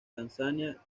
tanzania